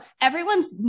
everyone's